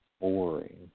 boring